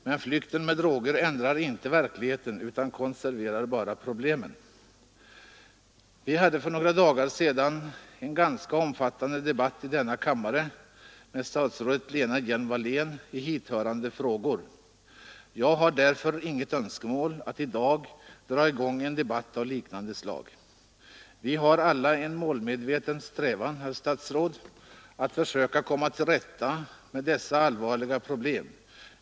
Men flykten med droger ändrar inte verkligheten utan konserverar bara problemen.” Vi hade för några dagar sedan en ganska omfattande debatt i denna kammare med statsrådet Lena Hjelm-Wallén i hithörande frågor. Jag har därför inget önskemål att i dag dra i gång en debatt av liknande slag. Vi har alla en målmedveten strävan, herr statsråd, att försöka komma till rätta med dessa allvarliga problem.